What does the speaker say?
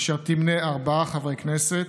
אשר תמנה ארבעה חברי כנסת,